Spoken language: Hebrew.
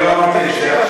אני לא אמרתי את זה.